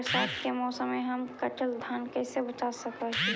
बरसात के मौसम में हम कटल धान कैसे बचा सक हिय?